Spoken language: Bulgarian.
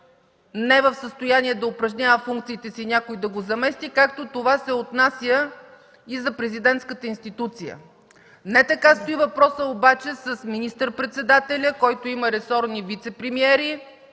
е в състояние да упражнява функциите си, някой да го замести, както това се отнася и за президентската институция. Не така стои въпросът обаче с министър-председателя, който има ресорни вицепремиери,